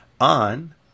on